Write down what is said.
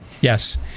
Yes